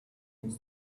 needs